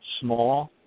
Small